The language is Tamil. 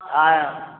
ஆ